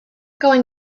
going